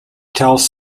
tells